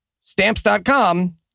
Stamps.com